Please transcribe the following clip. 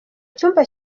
cyumba